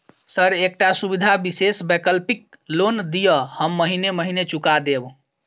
Sir एकटा सुविधा विशेष वैकल्पिक लोन दिऽ हम महीने महीने चुका देब?